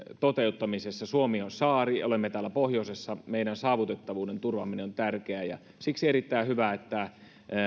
toteuttamisessa suomi on saari olemme täällä pohjoisessa meidän saavutettavuuden turvaaminen on tärkeää ja siksi on erittäin hyvä että